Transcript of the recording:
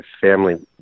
family